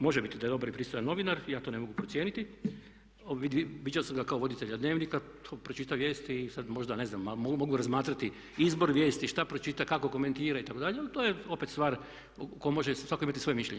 Može biti da je dobar i pristojan novinar, ja to ne mogu procijeniti, viđao sam ga kao voditelja Dnevnika, on pročita vijesti i sad možda ne znam mogu razmatrati izbor vijesti, što pročita, kako komentira itd., ali to je opet stvar o kojoj može svatko imati svoje mišljenje.